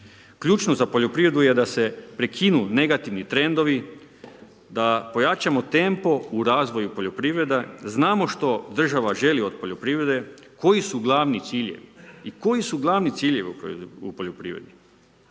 Ključno za poljoprivredu je da se prekinu negativni trendovi, da pojačamo tempo u razvoju poljoprivrede, znamo što država želi od poljoprivrede, koji su glavni ciljevi i koji su glavni ciljevi u poljoprivredi.